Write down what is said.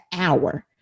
hour